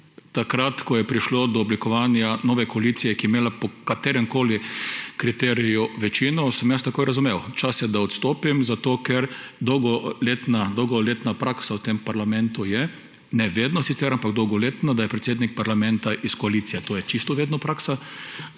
Takrat ko je prišlo do oblikovanja nove koalicije, ki je imela po kateremkoli kriteriju večino, sem jaz takoj razumel, da je čas, da odstopim. Ker dolgoletna praksa v tem parlamentu je, ne vedno sicer, ampak dolgoletna, da je predsednik parlamenta iz koalicije. To je čisto vedno praksa.